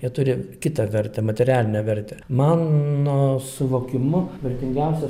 jie turi kitą vertę materialinę vertę mano suvokimu vertingiausias